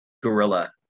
guerrilla